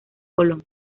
colón